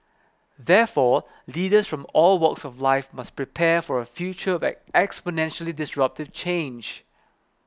therefore leaders from all walks of life must prepare for a future exponentially disruptive change